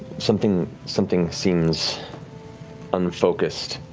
something something seems unfocused,